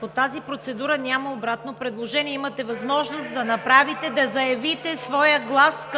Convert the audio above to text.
По тази процедура няма обратно предложение. Имате възможност да заявите своя глас